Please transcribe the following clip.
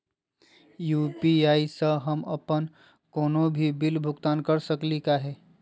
UPI स हम अप्पन कोनो भी बिल भुगतान कर सकली का हे?